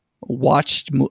watched